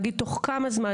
להגיד תוך כמה זמן.